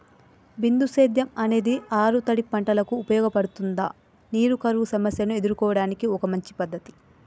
బిందు సేద్యం అనేది ఆరుతడి పంటలకు ఉపయోగపడుతుందా నీటి కరువు సమస్యను ఎదుర్కోవడానికి ఒక మంచి పద్ధతి?